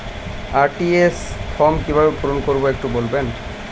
RTGS form কিভাবে পূরণ করবো একটু বলবেন?